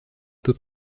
peu